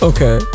Okay